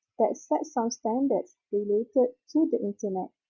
that sets some standards related to the internet.